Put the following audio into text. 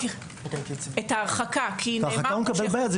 את ההרחקה הוא מקבל ביד.